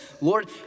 Lord